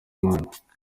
imana